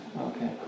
Okay